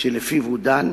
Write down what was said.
שלפיו הוא דן,